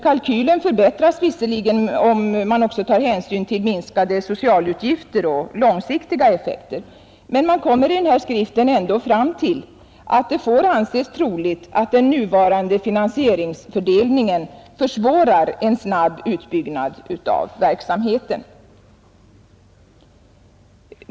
Kalkylen förbättras visserligen om hänsyn också tas till minskade socialutgifter och långsiktiga effekter, men man kommer i den här skriften ändå fram till att det får anses troligt att den nuvarande finansieringsfördelningen försvårar en snabb utbyggnad av verksamheten.